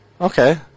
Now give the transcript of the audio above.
Okay